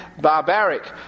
barbaric